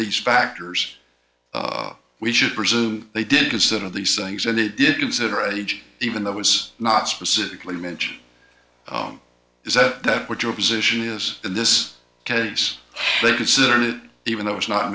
the factors we should presume they did consider these things and they did consider age even though it was not specifically mentioned is that what your position is in this case they considered it even though it's not